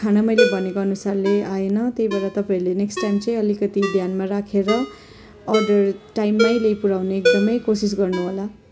खाना मैले भनेको अनुसारले आएन त्यही भएर तपाईँहरूले नेक्स्ट टाइम चाहिँ अलिकति ध्यानमा राखेर अर्डर टाइममै ल्याइपुर्याउने एकदमै कोसिस गर्नुहोला